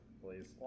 please